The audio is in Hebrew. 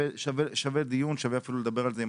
שוות דיון ואפילו שווה לדבר על זה עם